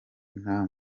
nta